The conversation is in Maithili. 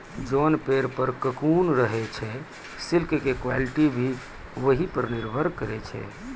जोन पेड़ पर ककून रहै छे सिल्क के क्वालिटी भी वही पर निर्भर करै छै